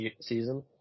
season